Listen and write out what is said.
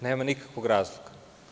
Nema nikakvog razloga.